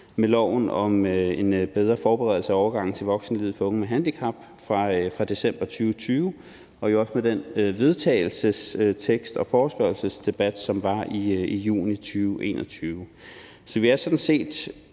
med loven om en bedre forberedelse af overgangen til voksenlivet for unge med handicap fra december 2020 og jo også med den vedtagelsestekst og forespørgselsdebat, der var i juni 2021. Så vi er sådan set